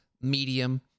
medium